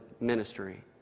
ministry